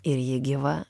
ir ji gyva